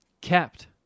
kept